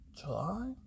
july